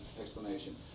explanation